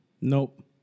Nope